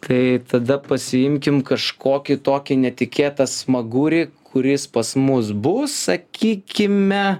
tai tada pasiimkim kažkokį tokį netikėtą smagurį kuris pas mus bus sakykime